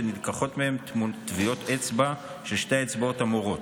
ונלקחות מהם תמונות של טביעות של שתי האצבעות המורות,